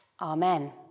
Amen